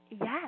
yes